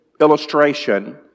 illustration